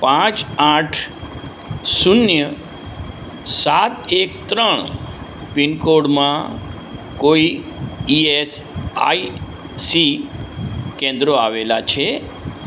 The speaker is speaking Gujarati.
પાંચ આંઠ શૂન્ય સાત એક ત્રણ પિન કોડમાં કોઈ ઇ એસ આઇ સી કેન્દ્રો આવેલાં છે